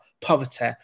poverty